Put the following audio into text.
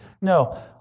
No